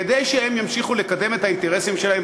כדי שהן ימשיכו לקדם את האינטרסים שלהן.